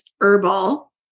herbal